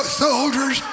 soldiers